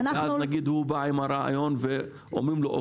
ואז נגיד הוא בא עם הרעיון ואומרים לו,